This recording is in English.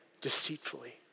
deceitfully